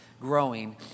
Growing